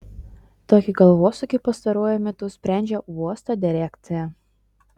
tokį galvosūkį pastaruoju metu sprendžia uosto direkcija